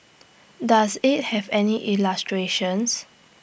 does IT have any illustrations